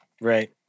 Right